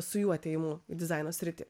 su jų atėjimu į dizaino sritį